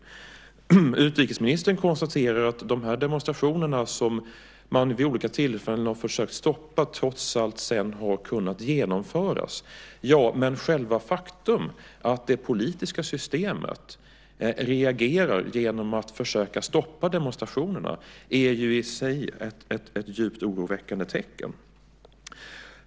Utrikesministern konstaterar att de demonstrationer som man vid olika tillfällen försökt stoppa sedan trots allt kunnat genomföras. Men själva det faktum att det politiska systemet reagerar genom att försöka stoppa demonstrationerna är i sig ett djupt oroväckande tecken.